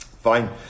Fine